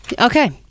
Okay